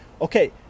okay